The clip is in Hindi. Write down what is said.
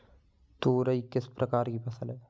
तोरई किस प्रकार की फसल है?